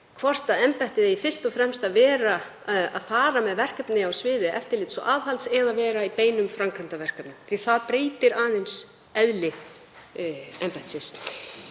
hvort embættið eigi fyrst og fremst að fara með verkefni á sviði eftirlits og aðhalds eða vera í beinum framkvæmdaverkefnum því að það breytir aðeins eðli embættisins.